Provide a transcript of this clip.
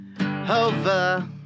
over